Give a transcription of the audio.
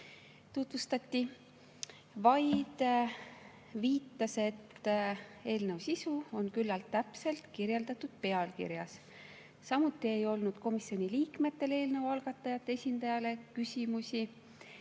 tutvustati, vaid viitas, et eelnõu sisu on küllalt täpselt kirjeldatud pealkirjas. Samuti ei olnud komisjoni liikmetel eelnõu algatajate esindajale küsimusi.